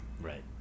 Right